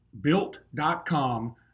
built.com